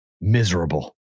Miserable